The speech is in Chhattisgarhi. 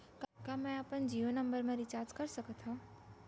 का मैं अपन जीयो नंबर म रिचार्ज कर सकथव?